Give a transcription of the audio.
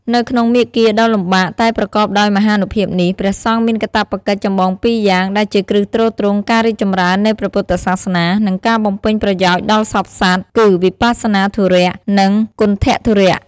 នៅក្នុងមាគ៌ាដ៏លំបាកតែប្រកបដោយមហានុភាពនេះ ព្រះសង្ឃមានកាតព្វកិច្ចចម្បងពីរយ៉ាង ដែលជាគ្រឹះទ្រទ្រង់ការរីកចម្រើននៃព្រះពុទ្ធសាសនា និងការបំពេញប្រយោជន៍ដល់សព្វសត្វ គឺ វិបស្សនាធុរៈ និង គន្ថធុរៈ។